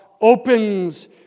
opens